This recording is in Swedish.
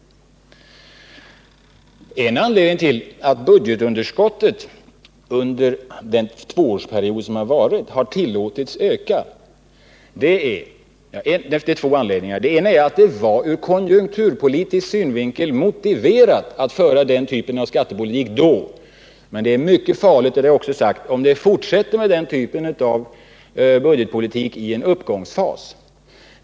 Att budgetunderskottet under den senaste tvåårsperioden har tillåtits öka har två anledningar. Den första är att det ur konjunkturpolitisk synvinkel var motiverat att föra den typen av finanspolitik då. Men det är mycket farligt — det har jag också sagt förut — om den typen av budgetpolitik fortsätter under en uppgångsfas.